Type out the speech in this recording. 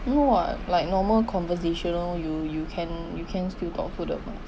no what like normal conversational you you can you can still talk to the ma~